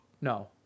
No